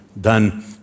done